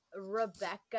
Rebecca